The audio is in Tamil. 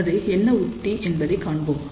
அது என்ன உத்தி என்பதை காண்போம்